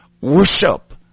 worship